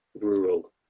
rural